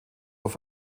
auch